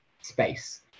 space